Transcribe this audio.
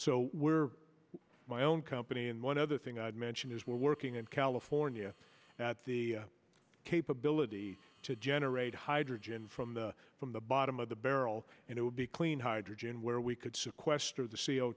so we're my own company and one other thing i'd mention is we're working in california at the capability to generate hydrogen from the from the bottom of the barrel and it would be clean hydrogen where we could sequester the c o